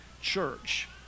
Church